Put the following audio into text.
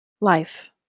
life